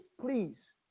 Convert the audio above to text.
please